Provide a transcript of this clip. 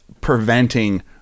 preventing